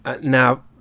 Now